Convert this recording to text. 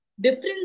difference